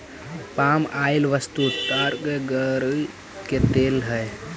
पाम oil वस्तुतः ताड़ के गड़ी के तेल हई